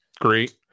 great